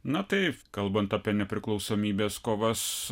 na taip kalbant apie nepriklausomybės kovas